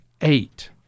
eight